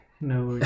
no